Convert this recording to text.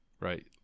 Right